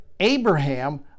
Abraham